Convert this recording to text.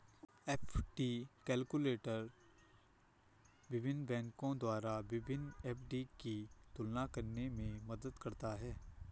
FD calculator विभिन्न बैंकों द्वारा विभिन्न एफ.डी की तुलना करने में मदद करता है